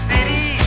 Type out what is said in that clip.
City